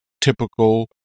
typical